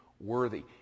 worthy